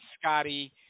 Scotty